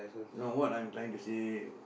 no what I'm trying to say